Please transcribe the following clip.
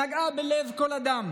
שנגעה בלב כל אדם